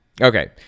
Okay